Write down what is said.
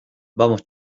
vamos